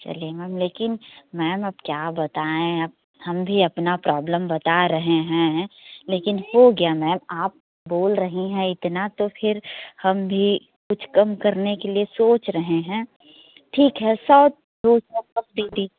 चलिए मैम लेकिन मैम अब क्या बताएँ अब हम भी अपना प्रॉब्लम बता रहे हैं लेकिन हो गया मैम आप बोल रही हैं इतना तो फिर हम भी कुछ कम करने के लिए सोच रहे हैं ठीक है सौ दो सौ का पेटी